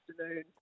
afternoon